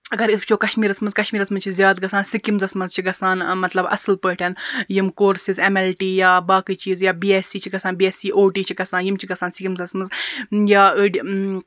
اگر أسۍ وٕچھو کَشمیٖرَس مَنٛز کَشمیٖرَس مَنٛز چھ زیادٕ گَژھان سِکمزَس مَنٛز چھِ گَژھان مطلب اصٕل پٲٹھۍ یِم کورسِز ایٚم ایٚل ٹی یا باقٕے چیٖز یا بی ایٚس سی چھ گَژھان B S C O T چھ گَژھان یِم چھِ گَژھان سِکِمزَس مَنٛز یا أڑۍ